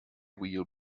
wheel